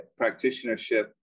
practitionership